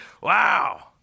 Wow